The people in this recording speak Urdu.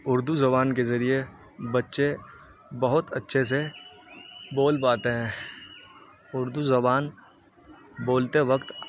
اردو زبان کے ذریعے بچے بہت اچھے سے بول پاتے ہیں اردو زبان بولتے وقت